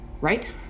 Right